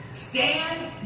Stand